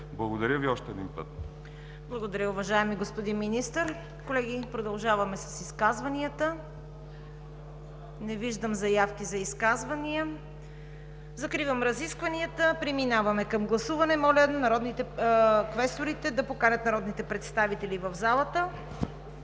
Благодаря Ви, уважаеми господин Министър. Колеги, продължаваме с изказванията. Не виждам заявки за изказвания. Закривам разискванията. Преминаваме към гласуване. Моля квесторите да поканят народните представители в залата.